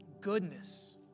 goodness